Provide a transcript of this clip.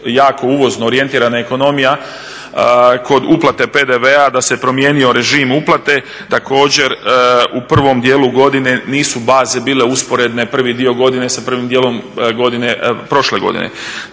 jako uvozno orijentirana ekonomija kod uplate PDV-a da se promijenio režim uplate, također u prvom dijelu godine nisu baze bile usporedne prvi dio godine sa prvim dijelom prošle godine.